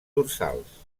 dorsals